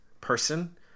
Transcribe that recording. person